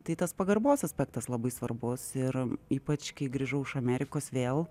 tai tas pagarbos aspektas labai svarbus ir ypač kai grįžau iš amerikos vėl